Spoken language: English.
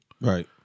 right